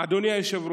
אדוני היושב-ראש,